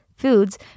foods